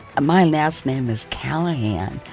my last name is callahan.